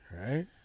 Right